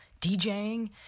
DJing